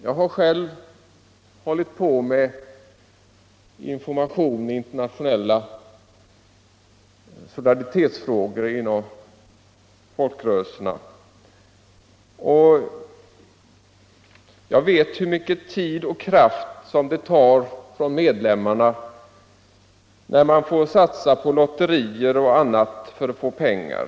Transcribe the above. Jag har själv hållit på med information om internationella solidaritetsfrågor inom folkrörelserna. Jag vet hur mycket tid och kraft det tar av medlemmarna, när man får satsa på lotterier och annat för att få ihop pengar.